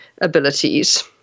abilities